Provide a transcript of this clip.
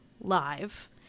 Live